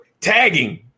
Tagging